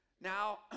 now